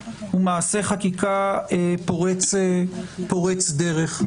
הוא מעשה חקיקה פורץ דרך.